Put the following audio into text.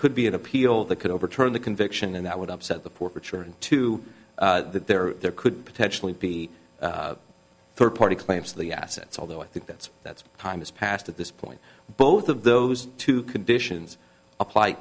could be an appeal that could overturn the conviction and that would upset the poor for trying to get there there could potentially be third party claims of the assets although i think that's that's time is passed at this point both of those two conditions apply